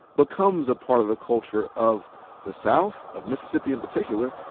becomes a part of the culture of the south, of mississippi in particular.